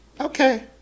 Okay